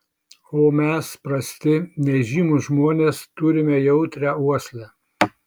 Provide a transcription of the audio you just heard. o mes prasti nežymūs žmonės turime jautrią uoslę